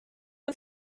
man